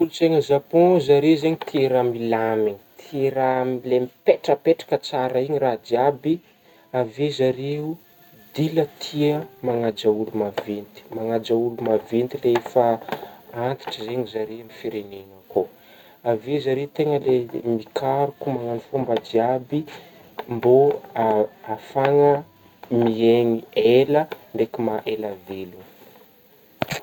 olontsaignana Japon zare zegny tia raha milamigny, tia raha le mipetrapetraka tsara igny raha jiaby avy eo zare dy la tia magnaja olo maventy magnaja olo maventy maventy le antitra zegny zare amin'gny firenegna akao, avy eo zare tegna le mikaroko magnagno fômba jiaby mbô a-afahagna miegna ela ndraiky maha ela velogno.